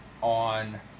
on